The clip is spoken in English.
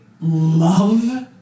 love